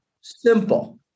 Simple